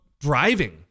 driving